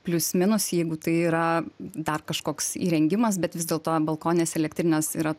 plius minus jeigu tai yra dar kažkoks įrengimas bet vis dėlto balkoninės elektrinės yra